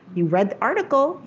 you read the article.